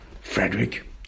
Frederick